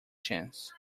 chance